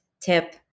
tip